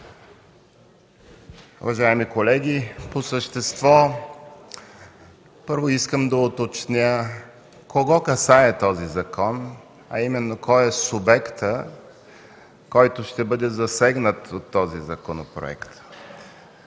уважаеми колеги! По същество, първо искам да уточня кого касае този закон, а именно кой е субектът, който ще бъде засегнат от този законопроект.